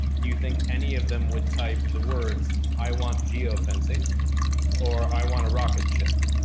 do you think any of them would type the words, i want geo-fencing or i want a rocket ship.